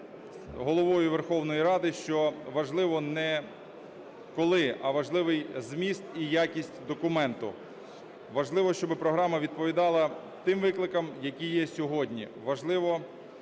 Важливо, щоб програма відповідала тим викликам, які є сьогодні,